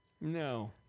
No